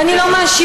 ואני לא מאשימה,